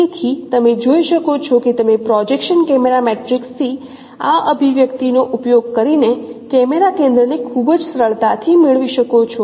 તેથી તમે જોઈ શકો છો કે તમે પ્રોજેક્શન કેમેરા મેટ્રિક્સ થી આ અભિવ્યક્તિ નો ઉપયોગ કરીને કેમેરા કેન્દ્ર ને ખૂબ જ સરળતાથી મેળવી શકો છો